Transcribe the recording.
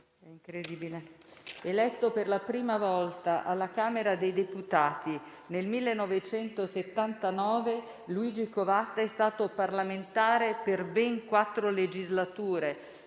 Eletto per la prima volta alla Camera dei deputati nel 1979, Luigi Covatta è stato parlamentare per ben quattro legislature,